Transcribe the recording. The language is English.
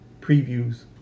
previews